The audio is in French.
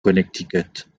connecticut